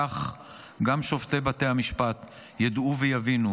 כך גם שופטי בתי המשפט ידעו ויבינו,